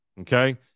Okay